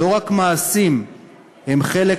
לא רק מעשים הם חלק